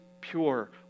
pure